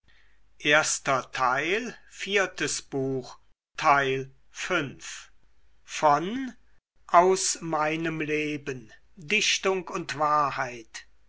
goethe aus meinem leben dichtung und wahrheit